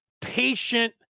patient